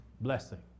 blessing